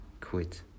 quit